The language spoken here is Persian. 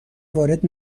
وارد